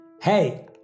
Hey